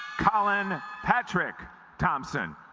colin patras thompson